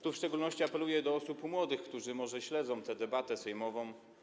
Tu w szczególności apeluję do osób młodych, którzy może śledzą tę debatę sejmową.